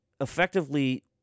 effectively –